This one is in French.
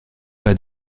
pas